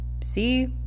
see